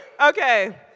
Okay